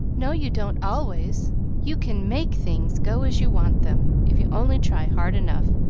no you don't, always you can make things go as you want them, if you only try hard enough,